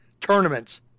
tournaments